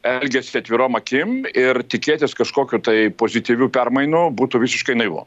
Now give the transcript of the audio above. elgesį atvirom akim ir tikėtis kažkokių tai pozityvių permainų būtų visiškai naivu